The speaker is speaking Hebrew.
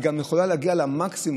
והיא גם יכולה להגיע למקסימום,